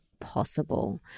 possible